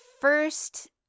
first